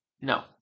No